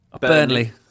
Burnley